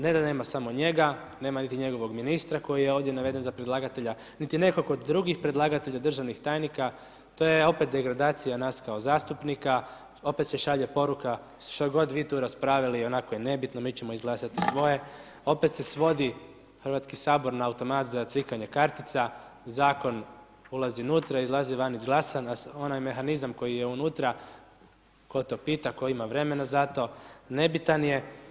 Ne da nema samo njega, nema niti njegovog ministra koji je ovdje naveden za predlagatelja, niti nekog od drugih predlagatelja državnih tajnika, to je opet degradacija nas kao zastupnika, opet se šalje poruka, što god vi tu raspravili ionako je nebitno, mi ćemo izglasati svoje, opet se svodi Hrvatski sabor na automat za cvikanje kartica, zakon ulazi nutra, izlazi van izglasan, a onaj mehanizam koji je unutra, tko to pita, tko ima vremena za to, nebitan je.